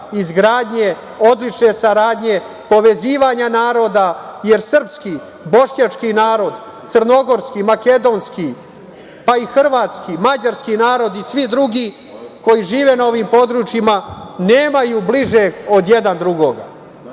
izgradnje, odlične saradnje, povezivanja naroda, jer srpski, bošnjački narod, crnogorski, makedonski, pa i hrvatski, mađarski narodi i svi drugi koji žive na ovim područjima nemaju bližeg od jedan drugoga.